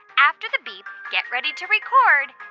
after the beep, get ready to record